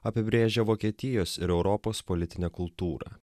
apibrėžia vokietijos ir europos politinę kultūrą